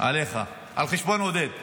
עליך, על חשבון עודד.